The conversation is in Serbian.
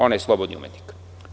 Ona je slobodni umetnik.